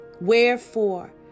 Wherefore